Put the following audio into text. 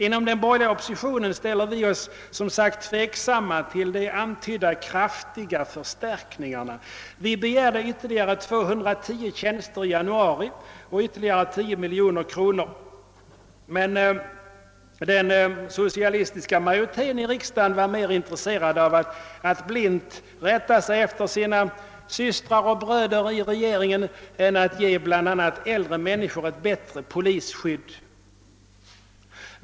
Inom den borgerliga oppositionen ställer vi oss som sagt tveksamma till de antydda »»kraftiga förstärkningarna». I januari begärde vi ytterligare 210 tjänster och ytterligare 10 miljoner kronor, men den socialistiska majoriteten i riksdagen var mer intresserad av att blint rätta sig efter sina systrar och bröder i regeringen än att ge bl.a. äldre människor ett bättre polisskydd.